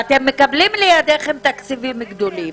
ואתם מקבלים לידיכם תקציבים גדולים,